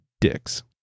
dicks